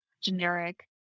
generic